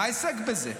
מה ההישג בזה?